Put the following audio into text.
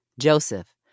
Joseph